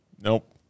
nope